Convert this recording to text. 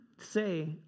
say